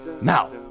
now